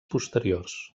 posteriors